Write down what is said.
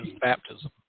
baptism